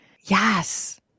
Yes